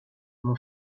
mon